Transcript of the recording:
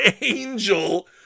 angel